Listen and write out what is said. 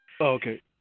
okay